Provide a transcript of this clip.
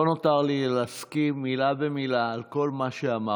לא נותר לי אלא להסכים מילה במילה עם מה שאמרת,